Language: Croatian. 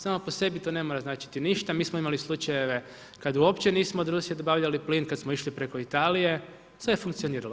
Samo po sebi to ne mora značiti ništa, mi smo imali slučajeve kad uopće nismo od Rusije dobavljali plin, kad smo išli preko Italije, sve je funkcioniralo.